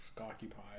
occupied